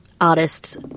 artists